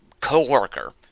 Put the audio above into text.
co-worker